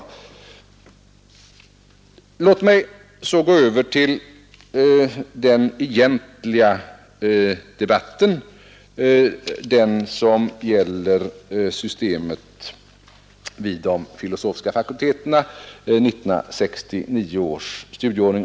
Låt mig så gå över till den egentliga debatten, den som gäller systemet vid de filosofiska fakulteterna, 1969 års studieordning.